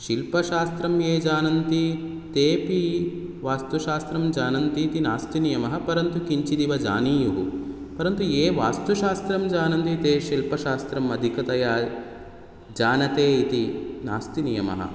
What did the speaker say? शिल्पशास्त्रं ये जानन्ति तेऽपि वास्तुशास्त्रं जानन्तीति नास्ति नियमः परन्तु किञ्चिदिव जानीयुः परन्तु ये वास्तुशास्त्रं जानन्ति ते शिल्पशास्त्रम् अधिकतया जानते इति नास्ति नियमः